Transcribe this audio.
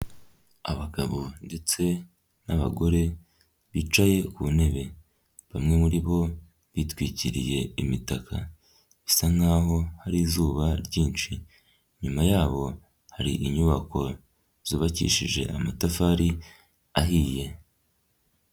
Abagabo ndetse n'abagore bicaye ku ntebe bamwe muri bo bitwikiriye imitaka bisa nkaho hari izuba ryinshi, inyuma yabo hari inyubako zubakishije amatafari ahiye.